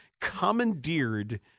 commandeered